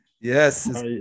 Yes